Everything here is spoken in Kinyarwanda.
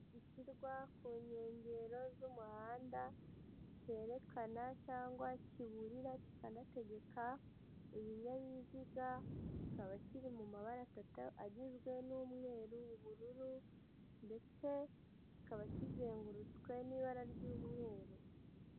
Gishyirwa ku nkengero z'umuhanda kerekana cyangwa kiburira kikanategeka ibinyabiziga, kikaba kiri mu mabara atatu agizwe n'umweru ubururu ndetse kikaba kizengurutswe n'ibara ry'umweru.